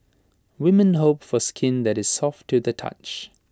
women hope for skin that is soft to the touch